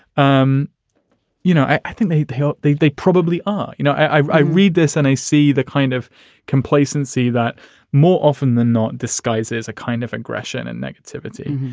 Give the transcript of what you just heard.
um you know, i think they need the help. they they probably are. you know, i i read this and i see the kind of complacency that more often than not, disguise is a kind of aggression and negativity.